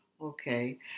Okay